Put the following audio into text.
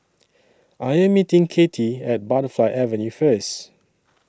I Am meeting Cathie At Butterfly Avenue First